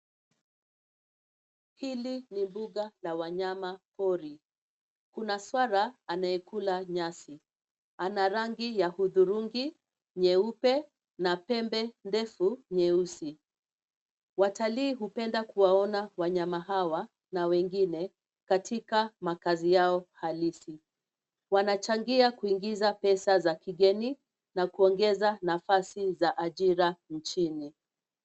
Hili ni mbuga la wanyama pori. Kuna swara anayekula nyasi. Ana rangi ya hudhurungi, nyeupe na pembe ndefu nyeusi. Watalii hupenda kuwaona wanyama hawa na wengine katika makazi yao halisi. Wanachangia kuingiza pesa zao za kigeni na kuongeza nafasi za ajira nchini.